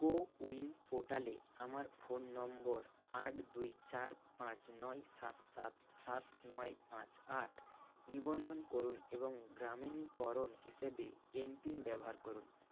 CoWIN পোর্টালে আমার phone number আট দুই চার পাঁচ নয় সাত সাত সাত নয় পাঁচ আট নিবন্ধন করুন এবং গ্রামিনীকরণ হিসেবে এমপিন ব্যবহার করুন